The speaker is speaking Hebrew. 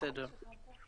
בתמצית.